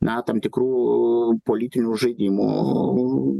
na tam tikrų politinių žaidimų